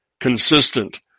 consistent